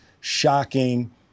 shocking